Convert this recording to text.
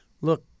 look